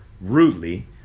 Rudely